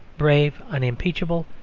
brave, unimpeachable,